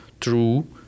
true